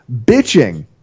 bitching